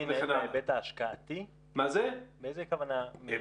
באיזה כוונה?